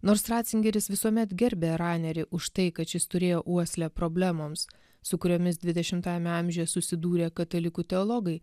nors ratzingeris visuomet gerbė ranerį už tai kad šis turėjo uoslę problemoms su kuriomis dvidešimtajame amžiuje susidūrė katalikų teologai